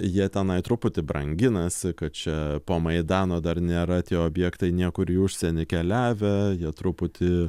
jie tenai truputį branginasi kad čia po maidano dar nėra tie objektai niekur į užsienį keliavę jie truputį